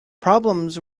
problems